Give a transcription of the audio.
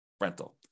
rental